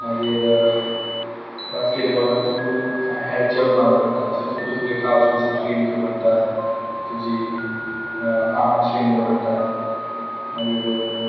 मागीर बास्केटबॉलान तुक हाय हाय जंप मारूं पडटा सो तुक तुगे काव्ज मसल ट्रेन करूं पडटा तुजी आर्म्स ट्रेन करूं पडटा मागीर